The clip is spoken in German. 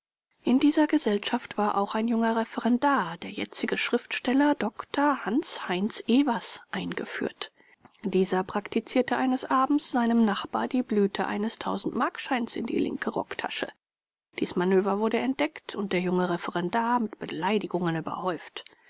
in diese gesellschaft war auch ein junger referendar der jetzige schriftsteller dr hans heinz ewers eingeführt dieser praktizierte eines abends seinem nachbar die blüte eines tausendmarkscheins in die linke rocktasche dies manöver wurde entdeckt und der junge referendar mit beleidigungen überhäuft